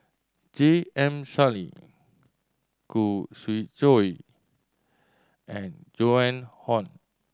J M Sali Khoo Swee Chiow and Joan Hon